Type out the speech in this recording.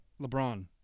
LeBron